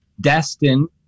destined